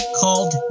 called